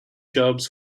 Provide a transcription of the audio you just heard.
jobs